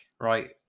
right